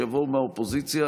שיבואו מהאופוזיציה,